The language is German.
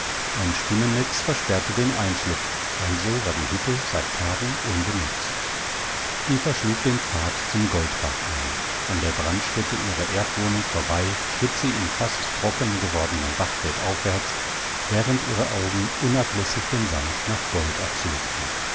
ein spinnennetz versperrte den einschlupf also war die hütte seit tagen unbenutzt eva schlug den pfad zum goldbach ein an der brandstätte ihrer erdwohnung vorbei schritt sie im fast trockengewordenen bachbett aufwärts während ihre augen unablässig den sand nach gold absuchten